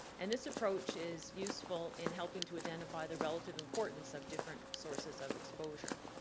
and this approach is useful in helping to identify the relative importance of different sources of exposure.